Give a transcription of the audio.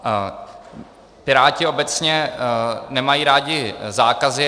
Piráti obecně nemají rádi zákazy.